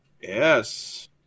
Yes